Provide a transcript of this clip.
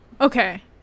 Okay